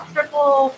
Triple